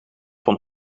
van